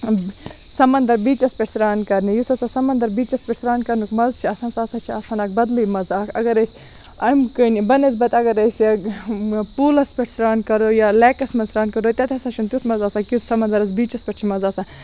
سَمَنٛدَر بیٖچَس پیٹھ سران کَرنہِ یُس ہَسا سَمَنٛدَر بیٖچَس پیٹھ سران کَرنَس مَزٕ چھُ آسان سُہ ہَسا چھُ آسان اکھ بَدلی مَزٕ اگرے امۍ کِنۍ بَنسبط اگر أسۍ پُلَس پیٹھ سران کَرَو یا لیکَس مَنٛز سران کَرَو تَتہِ ہَسا چھُنہٕ تیُتھ مَزٕ آسان کینٛہہ یُتھ سَمَنٛدَرَس بیٖچَس پیٹھ چھُ مَزٕ آسان